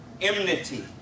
enmity